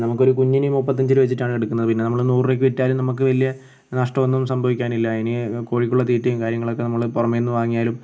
നമുക്കൊരു കുഞ്ഞിന് മുപ്പത്തഞ്ച് രൂപ വെച്ചിട്ടാണ് എടുക്കുന്നത് പിന്നെ നമ്മൾ നൂറ് രൂപക്ക് വിറ്റാലും നമുക്ക് വലിയ നഷ്ടമൊന്നും സംഭവിക്കാനില്ല അതിന് കോഴിക്കുള്ള തീറ്റയും കാര്യങ്ങളും ഒക്കെ നമ്മൾ പുറമെന്ന് വാങ്ങിയാലും